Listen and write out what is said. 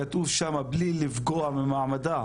כתוב שם "בלי לפגוע במעמדה",